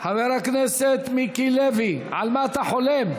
חבר הכנסת מיקי לוי, על מה אתה חולם?